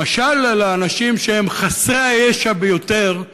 משל לאנשים שהם חסרי הישע ביותר,